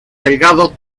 delgado